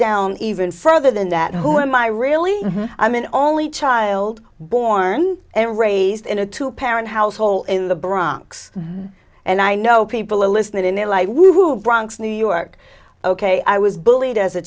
down even further than that who am i really i'm an only child born and raised in a two parent household in the bronx and i know people are listening in their life woohoo bronx new york ok i was bullied as a